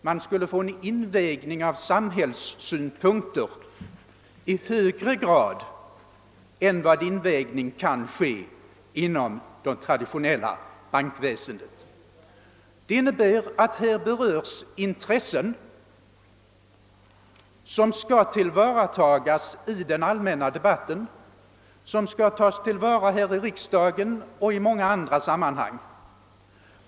.Man skulle få en invägning av samhällssynpunkter i högre grad än man kan få inom: det traditionella bankväsendet. Det innebär att här berörs intressen som skall tillvaratas i den allmänna debatten, som skall tillvaratas här i riksdagen och i många andra sammanhang.